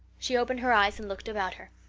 she opened her eyes and looked about her.